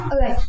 Okay